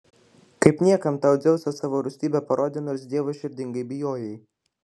kaip niekam tau dzeusas savo rūstybę parodė nors dievo širdingai bijojai